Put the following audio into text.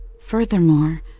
Furthermore